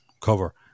cover